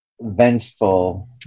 vengeful